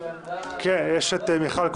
קודם כול,